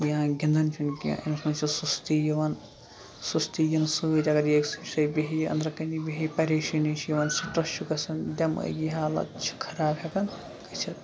یا گِنٛدان چھُنہٕ کینٛہہ أمِس منٛز چھِ سُستی یِوان سُستی یِنہٕ سۭتۍ اگر یہِ أکۍسٕے شَے بیٚہہِ أنٛدرٕکنی بیٚہہِ پریشٲنی چھِ یِوان سٹرٛس چھُ گژھان دٮ۪مٲغی ہیلٕتھ چھِ خراب ہٮ۪کان گٔژھِتھ